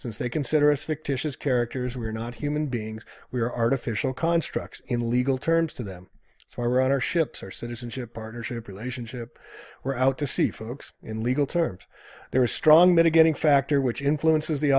since they consider a stick to his characters we are not human beings we are artificial constructs in legal terms to them or run our ships or citizenship partnership relationship we're out to see folks in legal terms there are strong mitigating factor which influences the